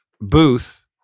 booth